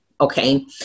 okay